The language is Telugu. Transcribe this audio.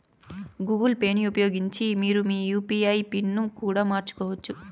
గూగుల్ పేని ఉపయోగించి మీరు మీ యూ.పీ.ఐ పిన్ ని కూడా మార్చుకోవచ్చు